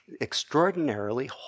extraordinarily